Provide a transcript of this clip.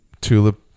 tulip